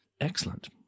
Excellent